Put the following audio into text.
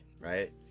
right